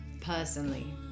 personally